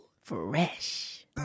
Fresh